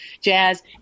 jazz